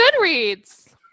Goodreads